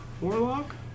Warlock